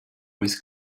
with